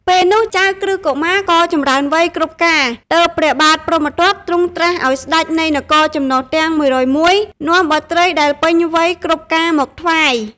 ពេលនោះ ចៅក្រឹស្នកុមារក៏ចម្រើនវ័យគ្រប់ការ ទើបព្រះបាទព្រហ្មទត្តទ្រង់ត្រាស់ឱ្យស្តេចនៃនគរចំណុះទាំង ១០១ នាំបុត្រីដែលពេញវ័យគ្រប់ការមកថ្វាយ។